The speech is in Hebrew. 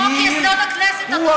את חוק-יסוד: הכנסת, אדוני, זה סותר.